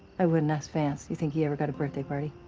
i wouldn't. ask vance. you think he ever got a birthday party?